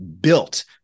built